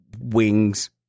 wings